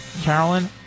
Carolyn